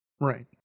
Right